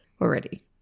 already